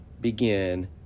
begin